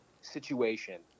situation